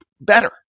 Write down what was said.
better